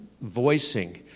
voicing